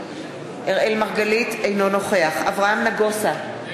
אינו נוכח אברהם נגוסה,